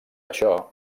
això